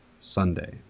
Sunday